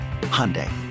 Hyundai